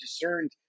discerned